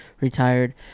retired